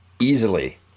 easily